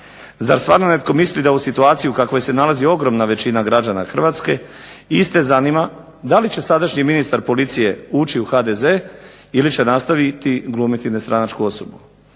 Zar stvarno netko misli da u situaciju u kakvoj se nalazi ogromna većina građana Hrvatske, iste zanima da li će sadašnji ministar policije ući u HDZ ili će nastaviti glumiti nestranačku osobu